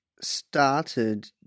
started